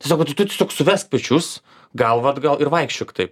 tai sako tai tu tiesiog suvesk pečius galvą atgal ir vaikščiok taip